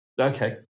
Okay